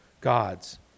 God's